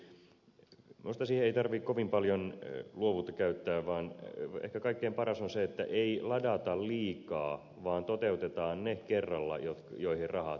minusta siihen ei tarvitse kovin paljon luovuutta käyttää vaan ehkä kaikkein paras on se että ei ladata liikaa vaan toteutetaan ne kerralla joihin rahat riittävät